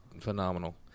phenomenal